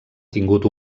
tingut